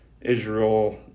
Israel